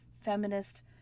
feminist